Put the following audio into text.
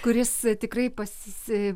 kuris tikrai pasisi